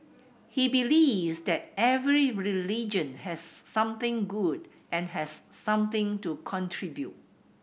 he believes that every religion has something good and has something to contribute